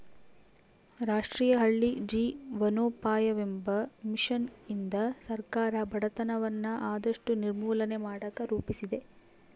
ರಾಷ್ಟ್ರೀಯ ಹಳ್ಳಿ ಜೀವನೋಪಾಯವೆಂಬ ಮಿಷನ್ನಿಂದ ಸರ್ಕಾರ ಬಡತನವನ್ನ ಆದಷ್ಟು ನಿರ್ಮೂಲನೆ ಮಾಡಕ ರೂಪಿಸಿದೆ